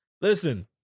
Listen